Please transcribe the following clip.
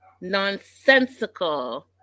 nonsensical